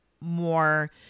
more